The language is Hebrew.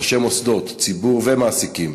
ראשי מוסדות ציבור ומעסיקים: